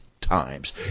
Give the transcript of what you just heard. times